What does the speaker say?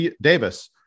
Davis